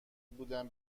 بودن